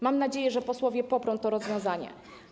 Mam nadzieję, że posłowie poprą to rozwiązanie.